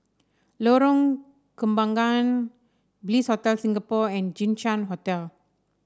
Lorong Kembangan Bliss Hotel Singapore and Jinshan Hotel